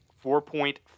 four-point